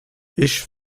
ich